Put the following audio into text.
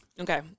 Okay